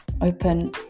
open